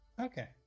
Okay